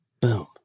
Boom